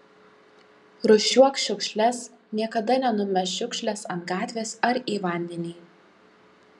rūšiuok šiukšles niekada nenumesk šiukšlės ant gatvės ar į vandenį